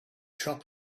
shop